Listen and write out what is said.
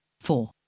four